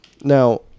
Now